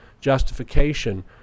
justification